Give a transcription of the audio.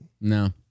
No